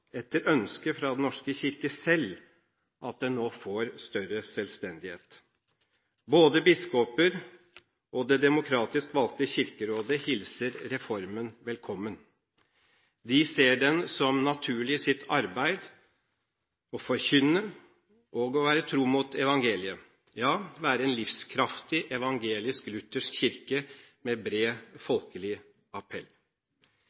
etter ønske fra Den norske kirke selv at den nå får større selvstendighet. Både biskoper og det demokratisk valgte Kirkerådet hilser reformen velkommen. De ser den som naturlig i sitt arbeid – å forkynne og å være tro mot evangeliet, ja være en livskraftig evangelisk-luthersk kirke med bred